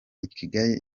kigali